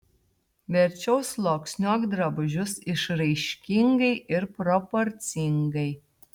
verčiau sluoksniuok drabužius išraiškingai ir proporcingai